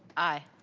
aye.